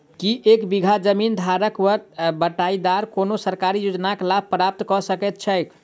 की एक बीघा जमीन धारक वा बटाईदार कोनों सरकारी योजनाक लाभ प्राप्त कऽ सकैत छैक?